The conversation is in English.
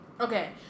Okay